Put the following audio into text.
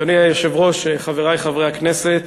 אדוני היושב-ראש, חברי חברי הכנסת,